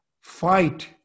fight